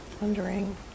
wondering